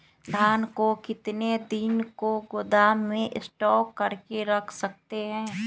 धान को कितने दिन को गोदाम में स्टॉक करके रख सकते हैँ?